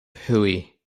hooey